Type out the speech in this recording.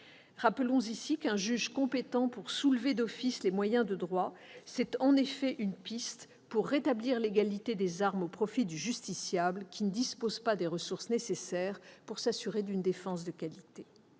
de pur droit ? Un juge compétent pour soulever d'office les moyens de droit, c'est en effet une piste pour rétablir l'égalité des armes au profit du justiciable qui ne dispose pas des ressources nécessaires pour s'assurer une défense de qualité.